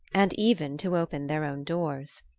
and even to open their own doors.